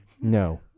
No